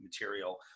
material